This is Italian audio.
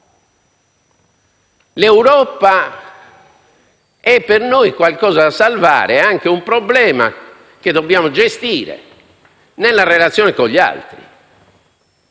L'Europa è per noi qualcosa da salvare e anche un problema da gestire nella relazione con gli altri.